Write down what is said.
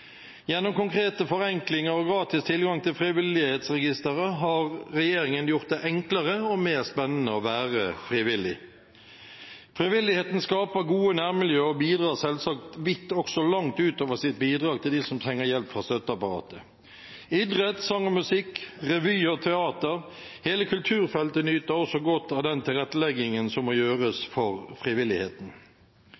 Gjennom konkrete forenklinger og gratis tilgang til Frivillighetsregisteret har regjeringen gjort det enklere og mer spennende å være frivillig. Frivilligheten skaper gode nærmiljø og bidrar selvsagt vidt også langt utover sitt bidrag til dem som trenger hjelp fra støtteapparatet. Idrett, sang og musikk, revy og teater – hele kulturfeltet nyter også godt av den tilretteleggingen som nå gjøres for frivilligheten.